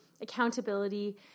accountability